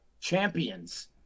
champions